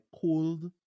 cold